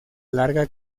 larga